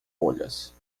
bolhas